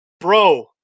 bro